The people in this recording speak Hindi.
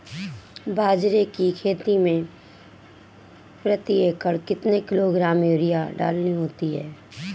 बाजरे की खेती में प्रति एकड़ कितने किलोग्राम यूरिया डालनी होती है?